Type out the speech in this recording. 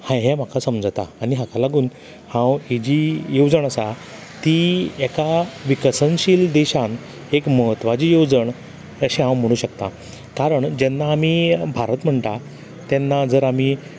हां हें म्हाका समजता आनी हाका लागून हांव ही जी येवजण आसा ती एका विकनशील देशान एक म्हत्वाची येवजण अशें हांव म्हणू शकतां कारण जेन्ना आमी भारत म्हणटा तेन्ना जर आमी